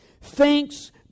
Thanks